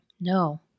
No